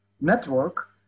network